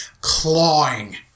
clawing